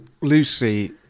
Lucy